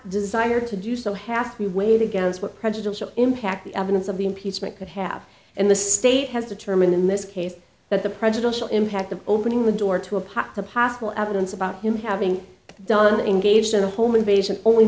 desire to do so hath he weighed against what prejudicial impact the evidence of the impeachment could have in the state has determined in this case that the prejudicial impact of opening the door to a pot the possible evidence about him having done engaged in a home invasion only